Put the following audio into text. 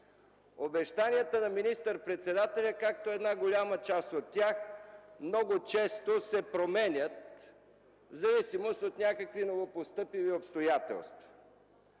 Обещанията на министър-председателя, както една голяма част от тях, много често се променят в зависимост от някакви новонастъпили обстоятелства.